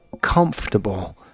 comfortable